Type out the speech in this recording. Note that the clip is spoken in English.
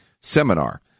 seminar